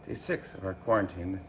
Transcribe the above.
six of our quarantine.